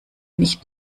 nicht